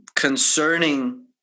Concerning